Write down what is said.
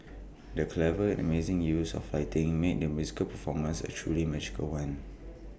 the clever and amazing use of lighting made the musical performance A truly magical one